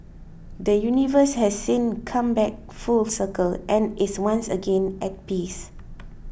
the universe has since come back full circle and is once again at peace